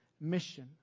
mission